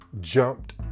jumped